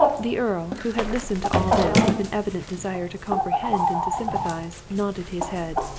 the earl, who had listened to all this with an evident desire to comprehend and to sympathize, nodded his head.